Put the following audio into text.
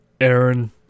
Aaron